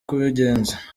kubigenza